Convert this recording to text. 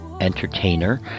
entertainer